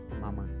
Mama